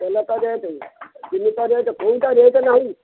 ତେଲଟା ରେଟ୍ ଚିନି ରେଟ୍ କୋଉଟା ରେଟ୍ ନାହିଁ